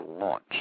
launch